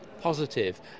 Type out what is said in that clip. positive